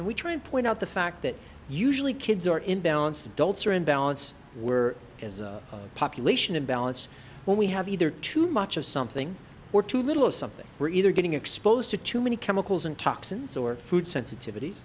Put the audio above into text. and we try and point out the fact that usually kids are imbalanced adults are in balance we're as a population in balance when we have either too much of something or too little of something we're either getting exposed to too many chemicals and toxins or food sensitivit